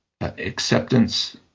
acceptance